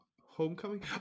homecoming